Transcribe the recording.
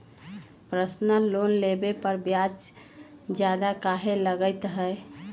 Personal loan लेबे पर ब्याज ज्यादा काहे लागईत है?